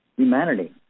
humanity